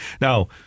Now